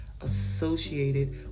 associated